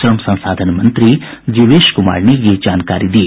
श्रम संसाधन मंत्री जीवेश कुमार ने यह जानकारी दी